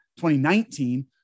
2019